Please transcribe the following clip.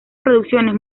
producciones